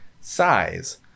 size